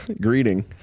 greeting